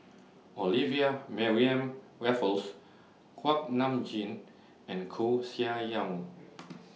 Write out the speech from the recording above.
Olivia Mariamne Raffles Kuak Nam Jin and Koeh Sia Yong